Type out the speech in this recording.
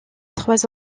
trois